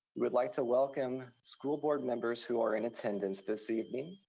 we'd like to welcome school board members who are in attendance this evening.